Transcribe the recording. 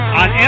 on